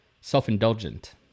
Self-indulgent